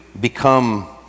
become